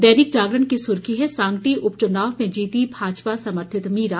दैनिक जागरण की सुर्खी है सांगटी उप चुनाव में जीती भाजपा समर्थित मीरा